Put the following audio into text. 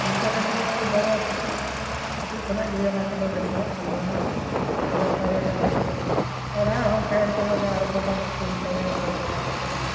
ᱚᱱᱠᱟ ᱠᱟᱛᱮ ᱠᱟᱹᱴᱤᱡ ᱠᱷᱚᱱᱟᱜ ᱜᱮ ᱚᱱᱟ ᱠᱚᱫᱚ ᱞᱮ ᱠᱷᱮᱞᱳᱜ ᱠᱟᱱ ᱛᱟᱦᱮᱱᱟ ᱯᱩᱨᱟᱹ ᱯᱟᱲᱦᱟᱜ ᱦᱚᱸ ᱛᱟᱭᱚᱢ ᱛᱮᱞᱮ ᱟᱭᱩᱢ ᱵᱟᱵᱟ ᱠᱚ ᱠᱩᱞ ᱠᱟᱞᱮᱭᱟ ᱫᱟᱞ ᱵᱟᱲᱟ ᱠᱟᱛᱮ ᱦᱚᱸ